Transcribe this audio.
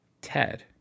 Ted